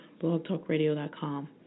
blogtalkradio.com